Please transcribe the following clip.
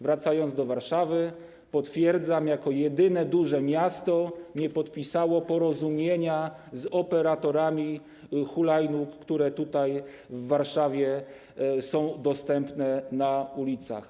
Wracając do Warszawy: potwierdzam, że jako jedyne duże miasto nie podpisała porozumienia z operatorami hulajnóg, które tutaj w Warszawie są dostępne na ulicach.